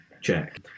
check